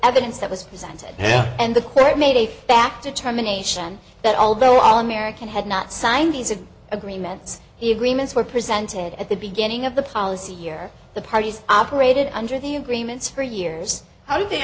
evidence that was presented and the court made a back determination that although all american had not signed these agreements the agreements were presented at the beginning of the policy year the parties operated under the agreements for years how do they